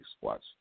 Watch